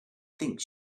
think